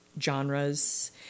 genres